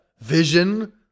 Vision